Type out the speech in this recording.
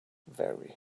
very